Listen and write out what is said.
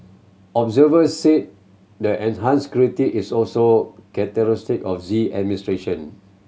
observer say the enhanced scrutiny is also characteristic of Xi administration